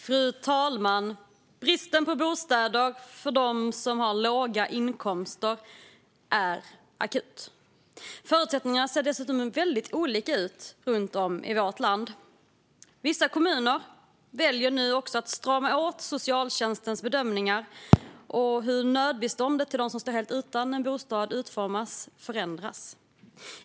Fru talman! Bristen på bostäder för dem med låga inkomster är akut. Förutsättningarna ser dessutom väldigt olika ut runt om i landet. Vissa kommuner väljer nu också att strama åt socialtjänstens bedömningar, och hur nödbistånd till dem som står helt utan en bostad utformas förändras.